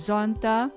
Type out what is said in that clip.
Zonta